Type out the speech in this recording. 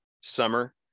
summer